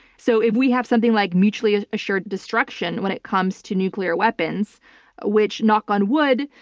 so if we have something like mutually ah assured destruction when it comes to nuclear weapons ah which, knock on wood,